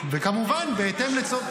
לא רק זה, גם לפי צורכי הצבא.